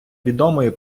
відомої